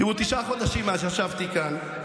תראו, תשעה חודשים מאז שישבתי כאן.